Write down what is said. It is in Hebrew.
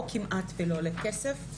או כמעט ולא עולה כסף,